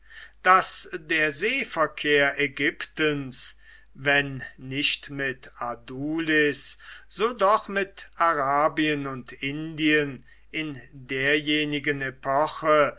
daß der seeverkehr ägyptens wenn nicht mit adulis so doch mit arabien und indien in derjenigen epoche